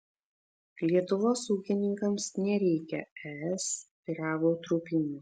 lietuvos ūkininkams nereikia es pyrago trupinių